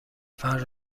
فرد